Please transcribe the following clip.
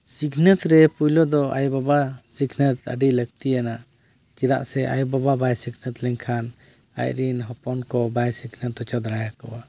ᱥᱤᱠᱷᱱᱟᱹᱛ ᱨᱮ ᱯᱳᱭᱞᱳ ᱫᱚ ᱟᱭᱳᱵᱟᱵᱟ ᱥᱤᱠᱷᱱᱟᱹᱛ ᱟᱹᱰᱤ ᱞᱟᱹᱠᱛᱤᱭᱟᱱᱟ ᱪᱮᱫᱟᱜ ᱥᱮ ᱟᱭᱳᱵᱟᱵᱟ ᱵᱟᱭ ᱥᱤᱠᱷᱱᱟᱹᱛ ᱞᱮᱱᱠᱷᱟᱱ ᱟᱡᱨᱮᱱ ᱦᱚᱯᱚᱱ ᱠᱚ ᱵᱟᱭ ᱥᱤᱠᱷᱱᱟᱹᱛ ᱦᱚᱪᱚ ᱫᱟᱲᱮᱭᱟᱠᱚᱣᱟ